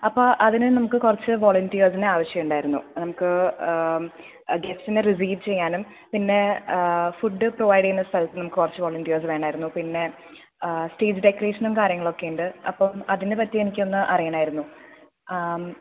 അപ്പം അതിനു നമുക്ക് കുറച്ചു വോളണ്ടിയഴ്സിനെ ആവശ്യമുണ്ടായിരുന്നു നമുക്ക് ഗസ്റ്റിനെ റിസീവ് ചെയ്യാനും പിന്നെ ഫുഡ് പ്രൊവൈഡ് ചെയ്യുന്ന സ്ഥലത്തും നമുക്ക് കുറച്ചു വോളണ്ടിയർസ് വേണമായിരുന്നു പിന്നെ സ്റ്റേജ് ഡെക്കറേഷനും കാര്യങ്ങളൊക്കെയുണ്ട് അപ്പം അതിനെപ്പറ്റി എനിക്കൊന്നു അറിയണായിരുന്നു